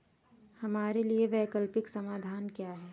हमारे लिए वैकल्पिक समाधान क्या है?